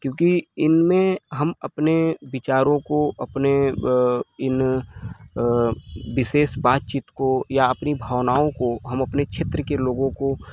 क्योंकि इनमें हम अपने विचारों को अपने इन विशेष बातचीत को या अपनी भावनाओं को हम अपने क्षेत्र के लोगों को